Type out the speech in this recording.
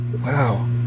Wow